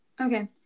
Okay